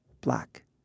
black